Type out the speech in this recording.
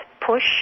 PUSH